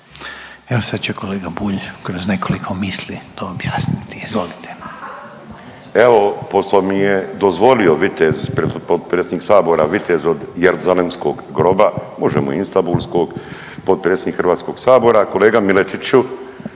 Evo sad će kolega Bulj kroz nekoliko misli to objasniti. Izvolite. **Bulj, Miro (MOST)** Evo, pošto mi je dozvolio vitez, predsjednik Sabora vitez od jeruzalemskog groba, možemo istambulskog, potpredsjednik HS-a, kolega Miletiću,